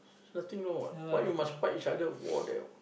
nothing wrong what why you must fight each other war there